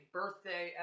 birthday